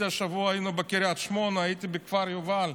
השבוע היינו בקריית שמונה, הייתי בכפר יובל.